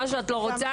מה שאת לא רוצה,